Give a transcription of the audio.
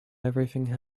everything